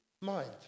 Mind